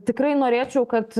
tikrai norėčiau kad